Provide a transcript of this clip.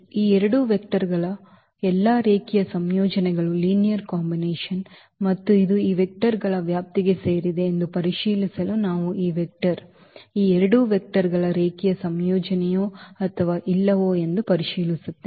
ಈ ಎರಡು vector ಗಳ ಎಲ್ಲಾ ರೇಖೀಯ ಸಂಯೋಜನೆಗಳು ಮತ್ತು ಇದು ಈ vector ಗಳ ವ್ಯಾಪ್ತಿಗೆ ಸೇರಿದೆ ಎಂದು ಪರಿಶೀಲಿಸಲು ನಾವು ಈ ವೆಕ್ಟರ್ ಈ ಎರಡು ವೆಕ್ಟರ್ ಗಳ ರೇಖೀಯ ಸಂಯೋಜನೆಯೋ ಅಥವಾ ಇಲ್ಲವೋ ಎಂದು ಪರಿಶೀಲಿಸುತ್ತೇವೆ